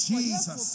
Jesus